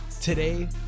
Today